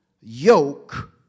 yoke